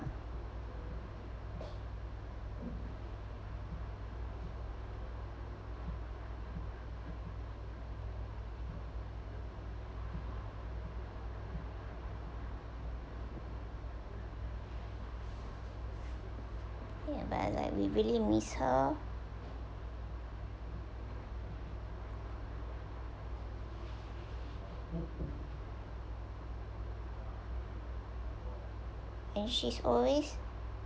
ya but like we really miss her and she's always